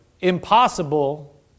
impossible